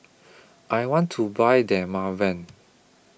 I want to Buy Dermaveen